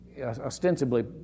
ostensibly